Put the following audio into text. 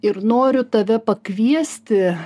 ir noriu tave pakviesti